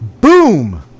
Boom